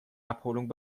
abholung